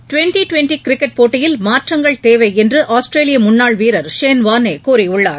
twenty twenty cricket போட்டியில் மாற்றங்கள் தேவை என்று ஆஸ்திரேலிய முன்னாள் வீரர் ஷேன் வார்னே கூறியுள்ளார்